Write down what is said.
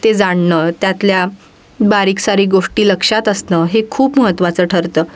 ते जाणणं त्यातल्या बारीक सारीक गोष्टी लक्षात असणं हे खूप महत्त्वाचं ठरतं